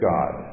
God